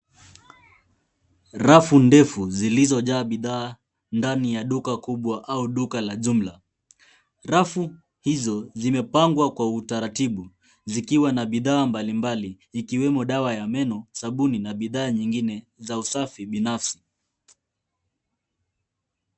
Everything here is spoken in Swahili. Rafu ndefu zilizojaa bidhaa ndani ya duka kubwa au duka la jumla. Rafu hizo zimepangwa kwa utaratibu zikiwa na bidhaa mbalimbali ikiwemo dawa ya meno, sabuni na bidhaa nyingine za usafi binafsi.